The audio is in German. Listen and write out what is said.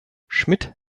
schmidt